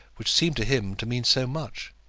which seemed to him to mean so much.